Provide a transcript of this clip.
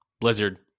Blizzard